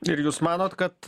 ir jūs manot kad